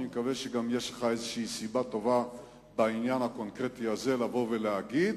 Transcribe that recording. אני מקווה שיש לך גם סיבה טובה בעניין הקונקרטי הזה לבוא ולהגיד.